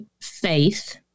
faith